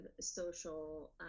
social